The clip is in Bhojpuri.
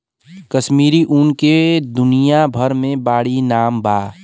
कश्मीरी ऊन के दुनिया भर मे बाड़ी नाम बा